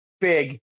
big